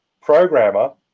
programmer